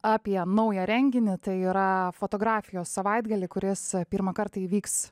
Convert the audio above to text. apie naują renginį tai yra fotografijos savaitgalį kuris pirmą kartą įvyks